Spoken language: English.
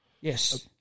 Yes